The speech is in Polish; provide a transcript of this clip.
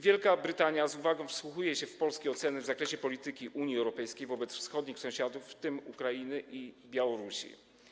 Wielka Brytania z uwagą wsłuchuje się w polskie oceny w zakresie polityki Unii Europejskiej wobec wschodnich sąsiadów, w tym Ukrainy i Białorusi.